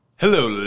Hello